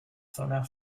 zona